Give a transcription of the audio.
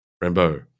Rambo